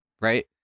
right